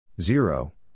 zero